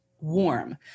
warm